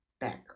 back